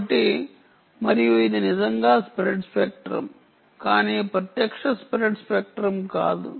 కాబట్టి మరియు ఇది నిజంగా స్ప్రెడ్ స్పెక్ట్రం కానీ ప్రత్యక్ష స్ప్రెడ్ స్పెక్ట్రం కాదు